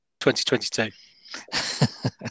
2022